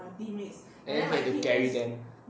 and then you had to carry them